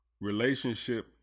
Relationship